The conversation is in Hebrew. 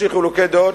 יש לי חילוקי דעות,